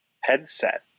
headset